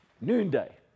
noonday